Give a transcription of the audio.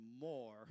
more